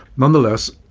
nonetheless,